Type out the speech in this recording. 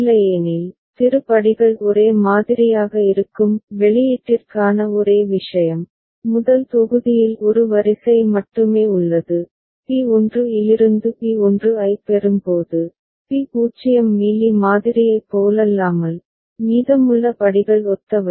இல்லையெனில் திரு படிகள் ஒரே மாதிரியாக இருக்கும் வெளியீட்டிற்கான ஒரே விஷயம் முதல் தொகுதியில் ஒரு வரிசை மட்டுமே உள்ளது பி 1 இலிருந்து பி 1 ஐப் பெறும்போது பி 0 மீலி மாதிரியைப் போலல்லாமல் மீதமுள்ள படிகள் ஒத்தவை